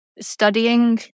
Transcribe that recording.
Studying